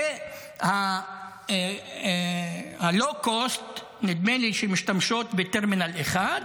נדמה לי שהלואו-קוסט משתמשות בטרמינל 1,